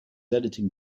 editing